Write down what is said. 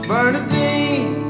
Bernadine